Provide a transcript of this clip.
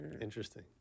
Interesting